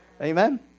Amen